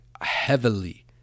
heavily